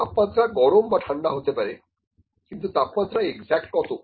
তাপমাত্রা গরম বা ঠান্ডা হতে পারে কিন্তু তাপমাত্রা একজ্যাক্ট কত